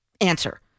answer